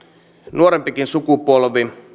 nuorempikin sukupolvi